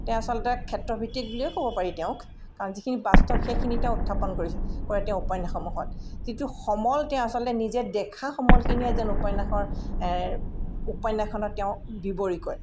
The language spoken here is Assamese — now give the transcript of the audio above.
তেওঁ আচলতে ক্ষেত্ৰভিত্তিক বুলিয়ে ক'ব পাৰি তেওঁক কাৰণ যিখিনি বাস্তৱ সেইখিনি তেওঁ উত্থাপন কৰিছে কৰে তেওঁ উপন্যাসমূহত যিটো সমল তেওঁ আচলতে নিজে দেখা সমলখিনিয়ে যেন উপন্যাসৰ উপন্যাসখনত তেওঁ বিৱৰি কয়